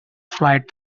flight